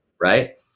Right